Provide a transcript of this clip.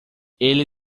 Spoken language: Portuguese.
ele